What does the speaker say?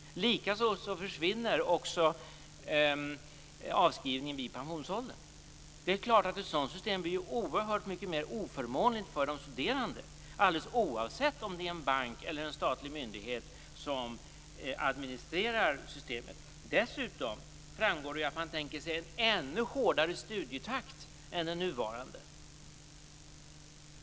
Likaså försvinner avskrivningen vid pensionsåldern. Ett sådant system blir ju oerhört mycket mer oförmånligt för de studerande, alldeles oavsett om det är en bank eller en statlig myndighet som administrerar systemet. Dessutom framgår det att man tänker sig en ännu hårdare studietakt än den nuvarande.